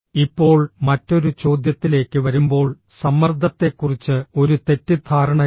ഇപ്പോൾ മറ്റൊരു ചോദ്യത്തിലേക്ക് വരുമ്പോൾ സമ്മർദ്ദത്തെക്കുറിച്ച് ഒരു തെറ്റിദ്ധാരണയുണ്ട്